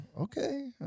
Okay